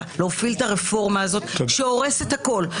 להוביל את הרפורמה הזאת שהורסת הכול,